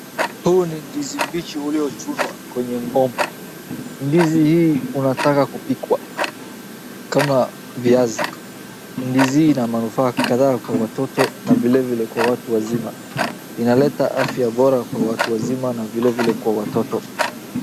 Huu ni ndizi mbichi uliochunwa kwenye mgomba, ndizi hii unataka kupikwa kama viazi, ndizi hii ina manufaa kadhaa kwa watoto na vilevile kwa watu wazima, inaleta afya bora kwa watu wazima na vilevile kwa watoto.